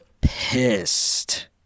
pissed